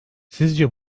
sizce